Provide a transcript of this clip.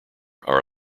are